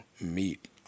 meet